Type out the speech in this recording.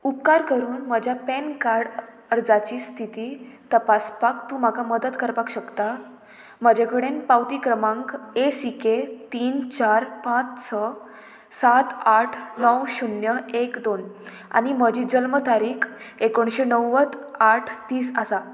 उपकार करून म्हज्या पॅन कार्ड अर्जाची स्थिती तपासपाक तूं म्हाका मदत करपाक शकता म्हजे कडेन पावती क्रमांक ए सी के तीन चार पांच स सात आठ णव शुन्य एक दोन आनी म्हजी जल्म तारीख एकोणशे णव्वद आठ तीस आसा